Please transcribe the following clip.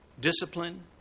discipline